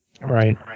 Right